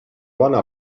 bona